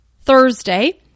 Thursday